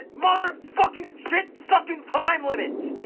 mother, fucking, shit, sucking, time limit!